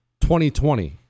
2020